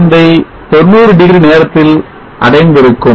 85 ஐ 900 நேரத்தில் அடைந்திருக்கும்